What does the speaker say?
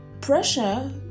pressure